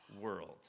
world